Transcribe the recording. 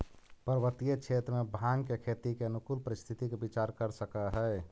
पर्वतीय क्षेत्र में भाँग के खेती के अनुकूल परिस्थिति के विचार कर सकऽ हई